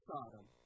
Sodom